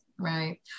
Right